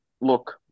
look